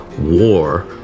war